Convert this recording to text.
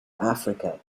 africa